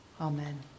Amen